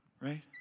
right